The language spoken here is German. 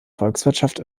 volkswirtschaft